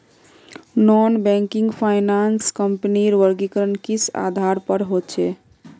Non banking finance कंपनीर वर्गीकरण किस आधार पर होचे?